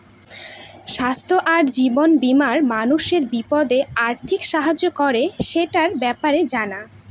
স্বাস্থ্য আর জীবন বীমা মানুষের বিপদে আর্থিক সাহায্য করে, সেটার ব্যাপারে জানা